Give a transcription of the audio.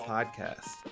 Podcast